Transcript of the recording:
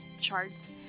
charts